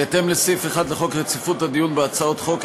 בהתאם לסעיף 1 לחוק רציפות הדיון בהצעות חוק,